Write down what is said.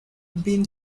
been